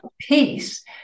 peace